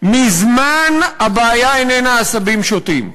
מזמן הבעיה איננה עשבים שוטים.